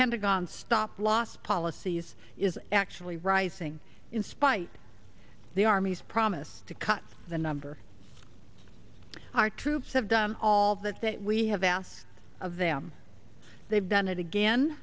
pentagon stop loss policies is actually rising in spite of the army's promise to cut the number our troops have done all that that we have asked of them they've done it again